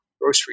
grocery